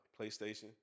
PlayStation